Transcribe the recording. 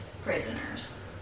prisoners